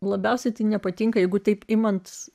labiausiai tai nepatinka jeigu taip imant